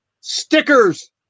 Stickers